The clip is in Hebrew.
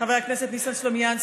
חבר הכנסת ניסן סלומינסקי.